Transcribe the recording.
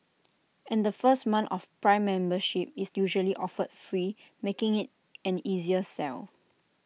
and the first month of prime membership is usually offered free making IT an easier sell